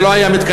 זה לא היה מתקבל,